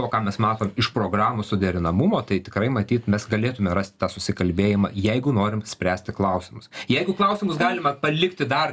o ką mes matom iš programų suderinamumo tai tikrai matyt mes galėtume rasti tą susikalbėjimą jeigu norim spręsti klausimus jeigu klausimus galima palikti dar